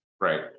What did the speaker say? Right